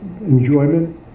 enjoyment